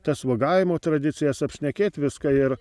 tas uogavimo tradicijas apšnekėt viską ir